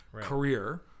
career